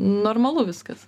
normalu viskas